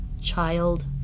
Child